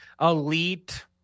elite